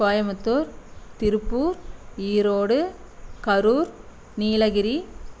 Coimbatore Tiruppur Erode Karur Nilgiri